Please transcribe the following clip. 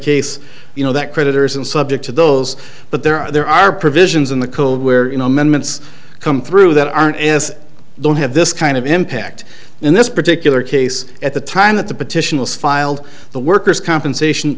case you know that creditors and subject to those but there are there are provisions in the coal where in amendments come through that aren't is don't have this kind of impact in this particular case at the time that the petition was filed the workers compensation